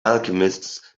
alchemists